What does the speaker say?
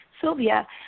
Sylvia